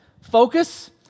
focus